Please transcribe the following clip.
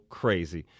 crazy